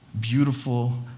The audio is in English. beautiful